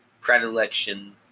predilection